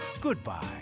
Goodbye